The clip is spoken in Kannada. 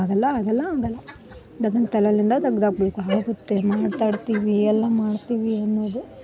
ಆಗಲ್ಲ ಆಗಲ್ಲ ಆಗಲ್ಲ ಅದನ್ನ ತಲೆಲ್ಲಿಂದ ತೆಗ್ದಾಕಬೇಕು ಆಗುತ್ತೆ ಮಾತಾಡ್ತೀವಿ ಎಲ್ಲ ಮಾಡ್ತೀವಿ ಅನ್ನೋದು